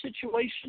situation